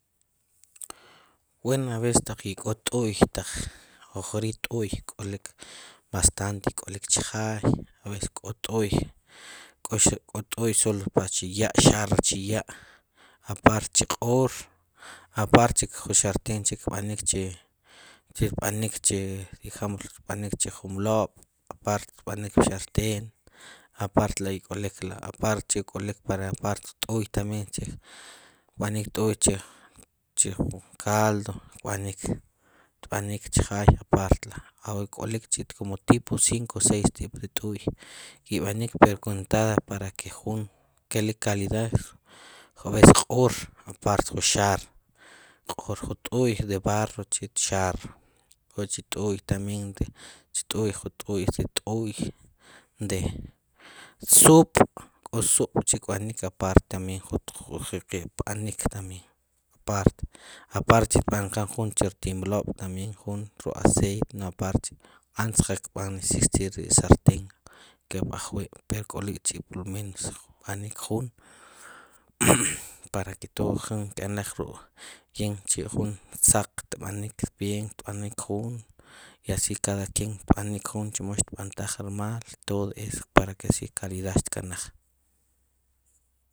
Bueno a veces taq ik'o t'uy, taq ajk'ori' t'uy ik'olik bastante ik'olik chjay a veces k'o t'uy, k'o t'uy xaq para chu ya' xaar rech ya' aparte chiq'oor, aparte cheik ju xarten churb'anikk che, churb'anikk che diga mole chirb'anik ju mlob', aparte rb'anik pxarten parte la' ik'olik, aparte che ik'olik, aparte t'uy che b'anik t'uy che ju caldo kb'anik, tb'anik chjaay aparte la', ajwin ik'olik tipo cinco seis t'uy ki' b'anik pero contado ara que jun keik calidad, k'o vez q'oor apare ju xar q'oor, jt'uy de barroo che xrar, k'o chi t'uy tambien, cht'uy ju t'uy che t'uy de sub' k'o sub' che kb'anik aparte también ju ke' kb'anik tabien aparte, aparte chi tab'anken jun che ti'mloob' tambien jun ruk' aceité aparte chi', antes qal kb'an existir ri sartén, kep ajwi' pero k'olok chi' por lo menos rb'anik jun para que todo jin keno ruk' bien chi' jun saq tb'anik bien tb'anik jun i así cada quien kab'anik jun chemo xtb'an taj remaal todo eso para que así calidad xkanaj